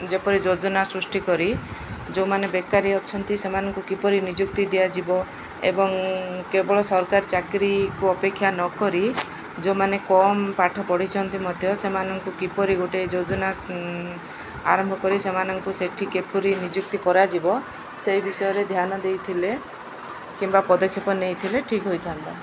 ଯେପରି ଯୋଜନା ସୃଷ୍ଟି କରି ଯେଉଁମାନେ ବେକାରୀ ଅଛନ୍ତି ସେମାନଙ୍କୁ କିପରି ନିଯୁକ୍ତି ଦିଆଯିବ ଏବଂ କେବଳ ସରକାର ଚାକିରିକୁ ଅପେକ୍ଷା ନକରି ଯେଉଁମାନେ କମ୍ ପାଠ ପଢ଼ିଛନ୍ତି ମଧ୍ୟ ସେମାନଙ୍କୁ କିପରି ଗୋଟେ ଯୋଜନା ଆରମ୍ଭ କରି ସେମାନଙ୍କୁ ସେଠି କିପରି ନିଯୁକ୍ତି କରାଯିବ ସେଇ ବିଷୟରେ ଧ୍ୟାନ ଦେଇଥିଲେ କିମ୍ବା ପଦକ୍ଷେପ ନେଇଥିଲେ ଠିକ ହୋଇଥାନ୍ତା